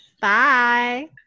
Bye